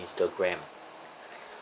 Instagram